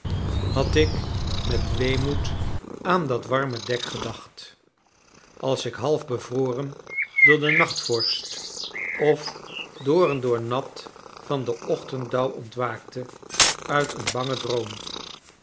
had ik met weemoed aan dat warme dek gedacht als ik half bevroren door de nachtvorst of door-en-door nat van den ochtenddauw ontwaakte uit een bangen droom